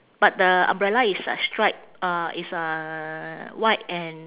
but the umbrella is like stripe uh it's a white and